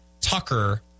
Tucker